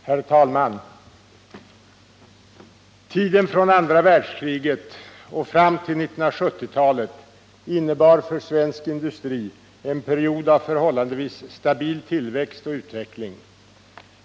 Herr talman! Tiden från andra världskriget och fram till 1970-talet innebar för svensk industri en period av förhållandevis stabil tillväxt och utveckling.